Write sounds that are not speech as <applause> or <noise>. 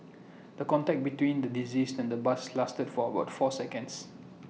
the contact between the deceased and the bus lasted for about four seconds <noise>